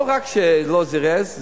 לא רק שזה לא זירז,